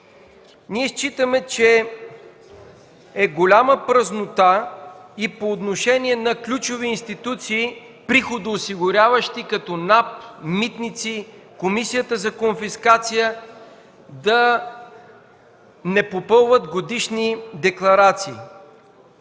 Ние считаме, че е голяма празнота и по отношение на ключови приходоосигуряващи институции като НАП, Митници, Комисията за конфискация да не попълват годишни декларации.